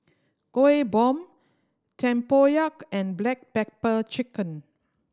Kueh Bom tempoyak and black pepper chicken